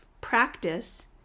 practice